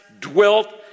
dwelt